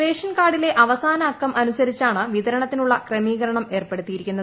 ration കാർഡിലെ അവസാന അക്കം അനുസരിച്ചാണ് വിതരണത്തിനുള്ള ക്രമീകരണം ഏർപ്പെടുത്തിയിരിക്കുന്നത്